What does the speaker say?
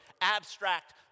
abstract